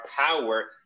power